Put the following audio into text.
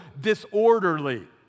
disorderly